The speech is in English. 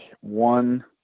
one